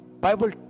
Bible